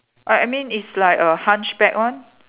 right I mean is like a hunchback one